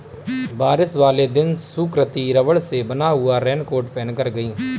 बारिश वाले दिन सुकृति रबड़ से बना हुआ रेनकोट पहनकर गई